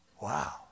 Wow